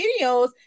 videos